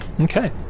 Okay